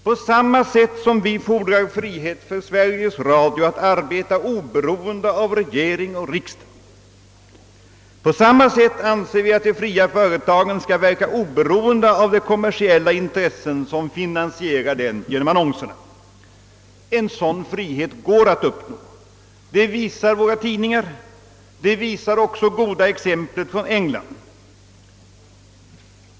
På samma sätt som vi fordrar frihet för Sveriges Radio att arbeta oberoende av regering och riksdag, på samma sätt anser vi att de fria företagen skall verka oberoende av de kommersiella intressen som finansierar dem genom annonser. En sådan frihet går att uppnå. Det visar våra dagliga tidningar och det visar också det goda exemplet från England.